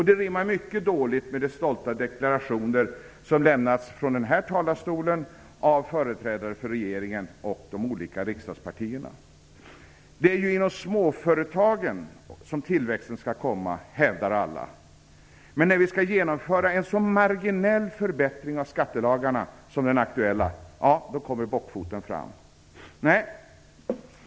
Det rimmar mycket dåligt med de stolta deklarationer som lämnats från den här talarstolen av företrädare för regeringen och de olika riksdagspartierna. Det är ju inom småföretagen som tillväxten skall komma, hävdar alla. Men när vi skall genomföra en så marginell förbättring av skattelagarna som den aktuella då kommer bockfoten fram.